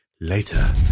later